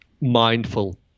mindful